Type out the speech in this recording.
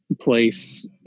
place